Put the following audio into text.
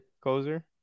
closer